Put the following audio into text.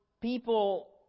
people